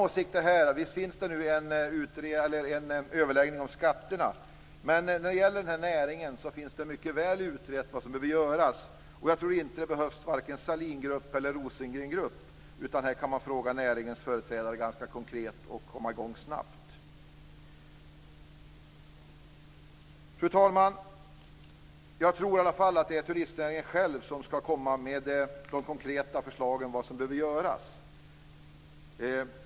Det pågår nu en överläggning om skatterna, men när det gäller den här näringen är det mycket väl utrett vad som behöver göras. Jag tror inte att det behövs varken Sahlingrupp eller Rosengrengrupp, utan man kan fråga näringens företrädare konkret och komma i gång snabbt. Fru talman! Jag tror i alla fall att det är turistnäringen själv som skall komma med de konkreta förslagen om vad som behöver göras.